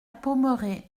pommeraye